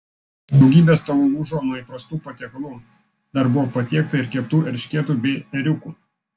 daugybė stalų lūžo nuo įprastų patiekalų dar buvo patiekta ir keptų eršketų bei ėriukų